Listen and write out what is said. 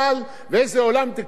אם חלילה וחס